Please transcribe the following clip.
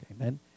Amen